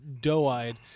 doe-eyed